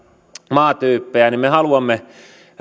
maatyyppejä haluamme